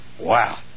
Wow